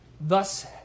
Thus